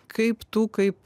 kaip tu kaip